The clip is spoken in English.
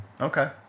Okay